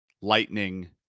lightning